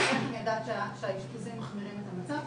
איך אני יודעת שהאשפוזים מחמירים את המצב?